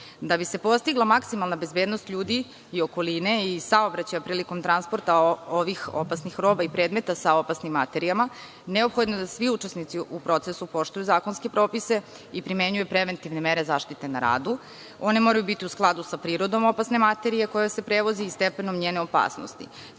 bi se postigla maksimalna bezbednost ljudi i okoline i saobraćaja prilikom transporta ovih opasnih roba i predmeta sa opasnim materijama, neophodno je da svi učesnici u procesu poštuju zakonske propise i primenjuju preventivne mere zaštite na radu. One moraju biti u skladu sa prirodom opasne materije koja se prevozi i stepenom njene opasnosti.